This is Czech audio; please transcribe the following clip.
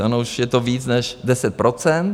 Ano, už je to víc než 10 %.